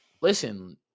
listen